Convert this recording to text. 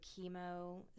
chemo